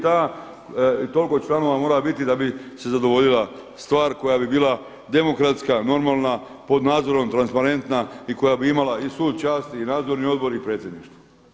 Toliko članova mora biti da bi se zadovoljila stvar koja bi bila demokratska, normalna, pod nadzorom transparentna i koja bi imala i sud časti i nadzorni odbor i predsjedništvo.